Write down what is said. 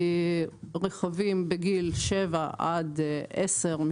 רכבים בני שבע עד עשר שנים,